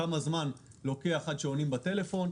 כמה זמן לוקח עד שעונים לטלפון.